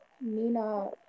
Nina